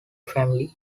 family